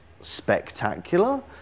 spectacular